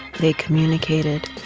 they communicated